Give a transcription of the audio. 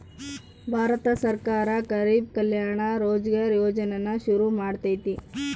ಭಾರತ ಸರ್ಕಾರ ಗರಿಬ್ ಕಲ್ಯಾಣ ರೋಜ್ಗರ್ ಯೋಜನೆನ ಶುರು ಮಾಡೈತೀ